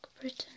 Britain